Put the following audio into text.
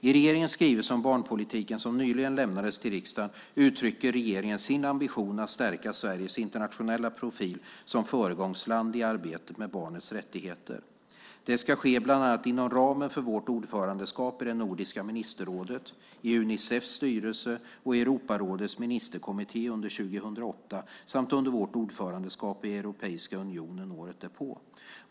I regeringens skrivelse om barnpolitiken som nyligen lämnades till riksdagen uttrycker regeringen sin ambition att stärka Sveriges internationella profil som föregångsland i arbetet med barnets rättigheter. Det ska ske bland annat inom ramen för vårt ordförandeskap i Nordiska ministerrådet, i Unicefs styrelse och i Europarådets ministerkommitté under 2008 samt under vårt ordförandeskap i Europeiska unionen året därpå.